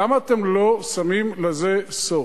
למה אתם לא שמים לזה סוף?